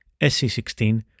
SC16